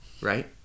Right